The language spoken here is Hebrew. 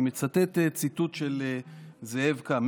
אני מצטט ציטוט של זאב קם.